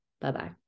Bye-bye